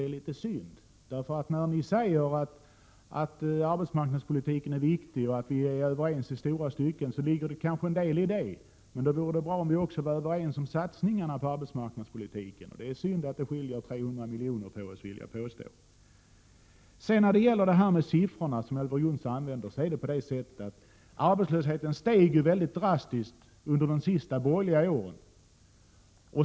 När ni säger att arbetsmarknadspolitiken är viktig och att vi är överens i stora stycken, ligger det kanske en deli detta, men då vore det bra om vi också vore överens om satsningarna på arbetsmarknadspolitiken. Därför är det synd att det skiljer 300 milj.kr., vill jag påstå. Med de siffror som Elver Jonsson använder är det på det sättet att arbetslösheten steg drastiskt under de sista borgerliga åren.